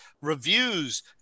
Reviews